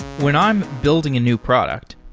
when i'm building a new product,